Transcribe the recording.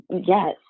yes